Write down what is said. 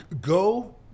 go